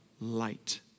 light